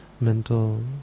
mental